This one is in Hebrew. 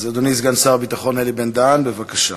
אז, אדוני סגן שר הביטחון אלי בן-דהן, בבקשה.